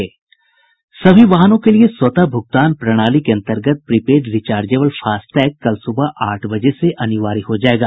सभी वाहनों के लिए स्वतः भूगतान प्रणाली के अन्तर्गत प्रीपेड रिचार्जेबल फास्टैग कल सुबह आठ बजे से अनिवार्य हो जाएगा